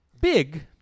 big